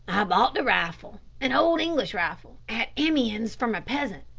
i bought the rifle, an old english rifle, at amiens from a peasant.